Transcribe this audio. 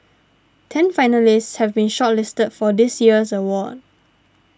ten finalists have been shortlisted for this year's award